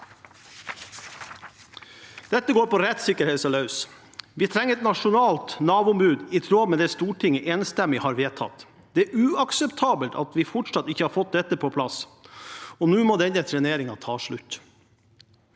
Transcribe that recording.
Dette går på rettssikkerheten løs. Vi trenger et nasjonalt Nav-ombud, i tråd med det Stortinget enstemmig har vedtatt. Det er uakseptabelt at vi fortsatt ikke har fått dette på plass. Nå må denne treneringen ta slutt.